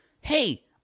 hey